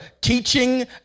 teaching